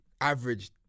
average